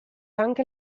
anche